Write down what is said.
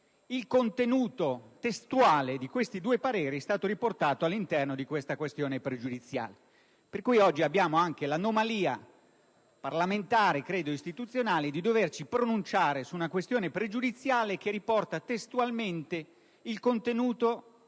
Il contenuto testuale dei due pareri è stato riportato all'interno di questa questione pregiudiziale, per cui oggi abbiamo anche l'anomalia parlamentare ‑ e, credo, istituzionale ‑ di doverci pronunciare su una questione pregiudiziale che riporta testualmente il contenuto -